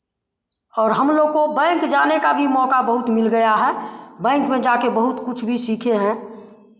और हम लोग को बैंक जाने का भी मौका बहुत मिल गया है बैंक में जाकर बहुत कुछ भी सीखे हैं